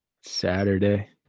saturday